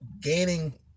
gaining